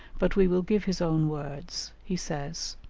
but we will give his own words he says,